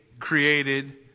created